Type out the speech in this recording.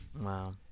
Wow